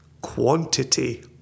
quantity